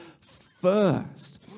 first